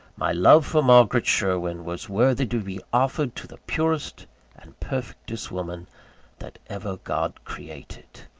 my love for margaret sherwin was worthy to be offered to the purest and perfectest woman that ever god created.